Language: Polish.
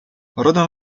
rodem